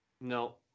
No